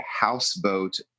houseboat